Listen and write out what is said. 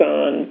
on